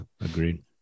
Agreed